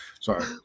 sorry